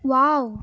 wow